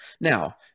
Now